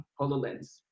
HoloLens